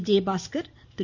Vijayabaskar Thiru